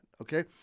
okay